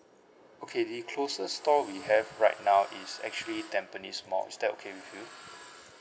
okay the closest store we have right now is actually tampines mall is that okay with you